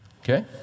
Okay